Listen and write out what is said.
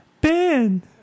Ben